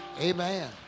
Amen